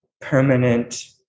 permanent